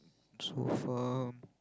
so far